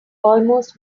almost